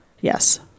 Yes